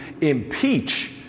impeach